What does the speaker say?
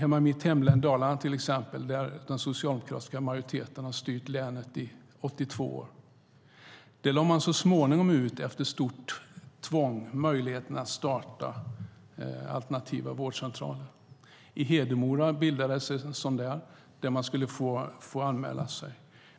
I mitt hemlän Dalarna, där socialdemokratiska majoriteter styrt länet i 82 år, öppnades det så småningom efter visst tvång en möjlighet att starta alternativa vårdcentraler. I Hedemora skulle man få möjlighet att anmäla sig till detta.